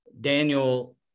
Daniel